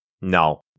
No